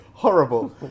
Horrible